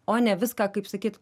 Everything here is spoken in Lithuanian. o ne viską kaip sakyt